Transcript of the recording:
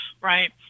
right